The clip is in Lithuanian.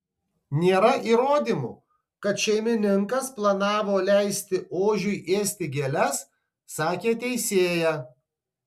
nėra įrodymų kad šeimininkas planavo leisti ožiui ėsti gėles sakė teisėja